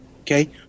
okay